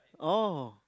oh